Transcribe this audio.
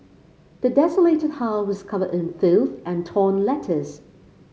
the desolated house was covered in filth and torn letters